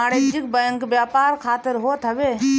वाणिज्यिक बैंक व्यापार खातिर होत हवे